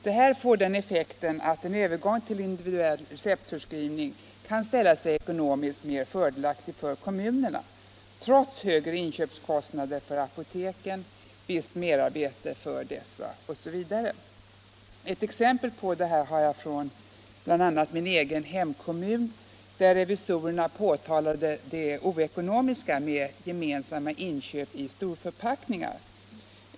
Detta får den effekten att en övergång till individuell receptförskrivning kan ställa sig ekonomiskt mer fördelaktig för kommunerna, trots högre inköpskostnader för apoteken, visst merarbete för dessa osv. Ett exempel på detta har jag från min hemkommun, där revisorerna påtalade det ocekonomiska med gemensamma inköp i storförpackningar.